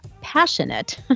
passionate